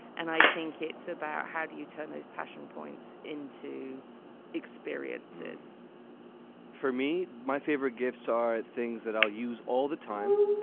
and i think it's about how do you turn those passion points into experiences for me, my favorite gifts are things that i'll use all the time,